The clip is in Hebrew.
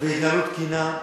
בהתנהלות תקינה.